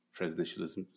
presidentialism